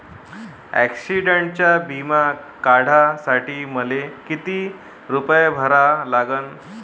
ॲक्सिडंटचा बिमा काढा साठी मले किती रूपे भरा लागन?